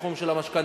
בתחום של המשכנתאות,